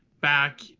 back